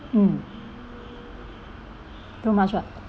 mm too much what